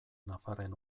nafarren